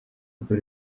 urwo